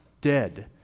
dead